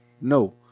No